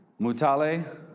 Mutale